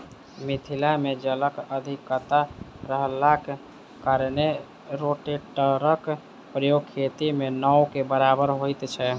मिथिला मे जलक अधिकता रहलाक कारणेँ रोटेटरक प्रयोग खेती मे नै के बराबर होइत छै